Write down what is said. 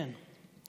דניאל, כן.